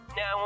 Now